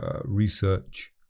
research